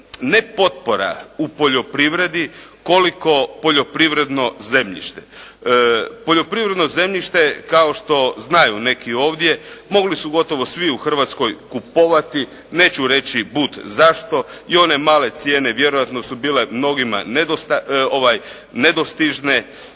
ne potpora u poljoprivredi koliko poljoprivredno zemljište. Poljoprivredno zemljište kao što znaju neki ovdje mogli su gotovo svi u Hrvatskoj kupovati, neću reći … /Govornik se ne razumije./ … zašto i one male cijene vjerojatno su bile mnogima nedostižne,